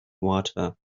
water